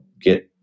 get